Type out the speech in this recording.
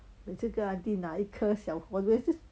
每次跟 auntie 一颗小我以为是